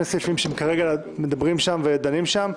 סעיפים שכרגע מדברים ודנים עליהם שם.